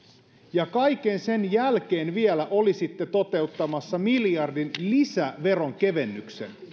ja kaiken sen jälkeen vielä olisitte toteuttamassa miljardin lisäveronkevennyksen